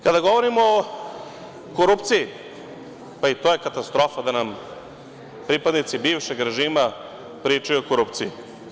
Kada govorimo o korupciji, pa, i to je katastrofa da nam pripadnici bivšeg režima pričaju o korupciji.